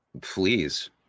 Please